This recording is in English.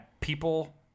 people